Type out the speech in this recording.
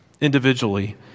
individually